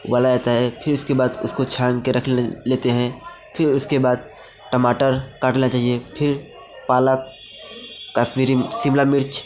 उबाला जाता है फिर उसके बाद उसको छान के रख लेते हैं फिर उसके बाद टमाटर काटना चाहिए फिर पालक कश्मीरी शिमला मिर्च